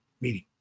meeting